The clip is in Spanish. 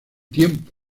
tiempo